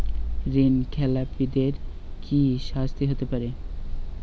ঋণ খেলাপিদের কি শাস্তি হতে পারে?